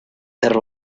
there